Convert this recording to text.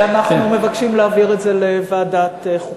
ואנחנו מבקשים להעביר את זה לוועדת החוקה.